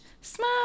Smile